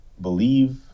believe